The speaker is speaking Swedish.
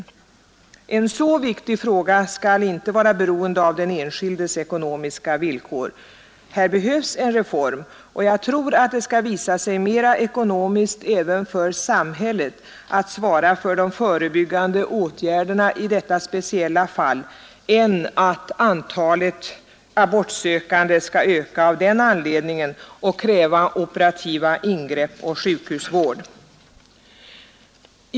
En så viktig fråga skall inte vara beroende av den enskildes ekonomiska villkor. Här behövs en reform, och jag tror att det skall visa sig mera ekonomiskt även för samhället att svara för de förebyggande åtgärderna i detta speciella fall än att antalet abortsökande skall öka av den anledningen och kräva operativa ingrepp och sjukhusvård.